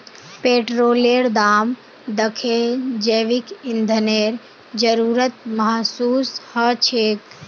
पेट्रोलेर दाम दखे जैविक ईंधनेर जरूरत महसूस ह छेक